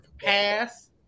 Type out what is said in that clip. pass